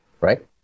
right